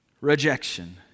rejection